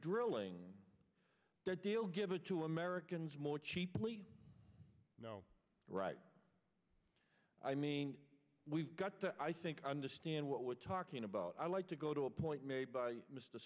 drilling there deal give it to americans more cheaply right i mean we've got to i think understand what we're talking about i'd like to go to a point made by mr